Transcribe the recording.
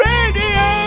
Radio